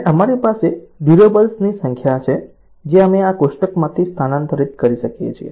અને પછી અમારી પાસે ડ્યુરેબલ્સની સંખ્યા છે જે અમે આ કોષ્ટકમાંથી સ્થાનાંતરિત કરીએ છીએ